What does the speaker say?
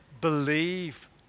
believe